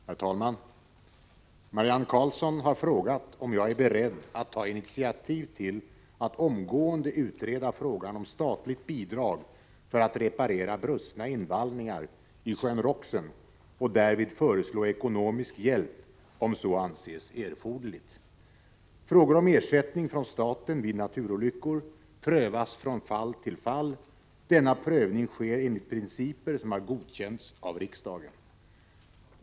Herr talman! Marianne Karlsson har frågat om jag är beredd att ta initiativ till att omgående utreda frågan om statligt bidrag för att reparera brustna invallningar i sjön Roxen och därvid föreslår ekonomisk hjälp om så anses erforderligt. Frågor om ersättning från staten vid naturolyckor prövas från fall till fall. Denna prövning sker enligt principer som har godkänts av riksdagen.